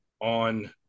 on